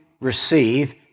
receive